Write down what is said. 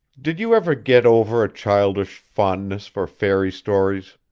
did you ever get over a childish fondness for fairy-stories?